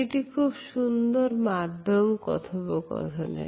এটি একটি খুব সুন্দর মাধ্যম কথোপকথনের